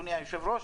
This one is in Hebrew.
אדוני היושב-ראש,